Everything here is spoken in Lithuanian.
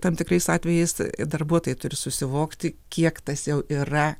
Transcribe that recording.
tam tikrais atvejais darbuotojai turi susivokti kiek tas jau yra